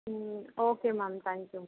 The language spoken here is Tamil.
ம் ஓகே மேம் தேங்க் யூ